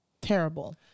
terrible